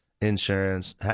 insurance